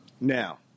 Now